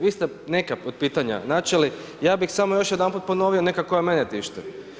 Vi ste neka potpitanja načeli i ja bih samo još jedanput ponovio, neka koja mene tište.